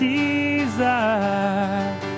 desire